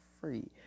free